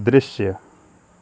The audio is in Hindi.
दृश्य